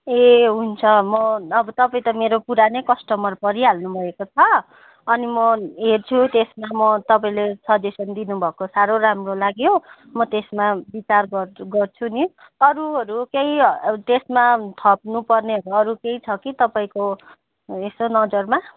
ए हुन्छ म अब तपाईँ त मेरो पुरानै कस्टमर परिहाल्नु भएको छ अनि म हेर्छु त्यसमा म तपाईँले सजेसन दिनुभएको साह्रो राम्रो लाग्यो म त्यसमा विचार गर्छु गर्छु नि अरूहरू केही त्यसमा थप्नुपर्ने अरू केही छ कि तपाईँको यसो नजरमा